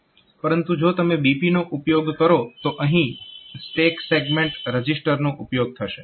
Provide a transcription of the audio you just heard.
પરંતુ જો તમે BP નો ઉપયોગ કરો તો અહીં સ્ટેક સેગમેન્ટ રજીસ્ટરનો ઉપયોગ થશે